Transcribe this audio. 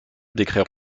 décret